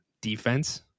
defense